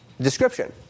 description